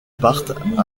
partent